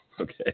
Okay